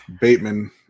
Bateman